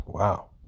Wow